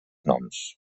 noms